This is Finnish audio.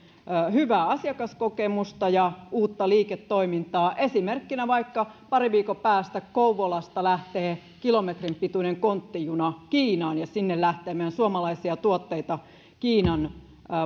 hyvää asiakaskokemusta ja uutta liiketoimintaa esimerkkinä vaikka parin viikon päästä kouvolasta lähtee kilometrin pituinen konttijuna kiinaan ja sinne lähtee meidän suomalaisia tuotteita kiinan